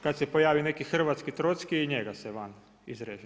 Kad se pojavi neki hrvatski Trocki i njega se van izreže.